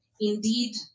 Indeed